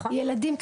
ילדים,